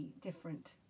different